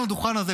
על הדוכן הזה,